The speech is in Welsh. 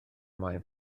maen